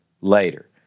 later